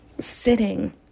sitting